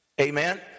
Amen